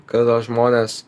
kada žmonės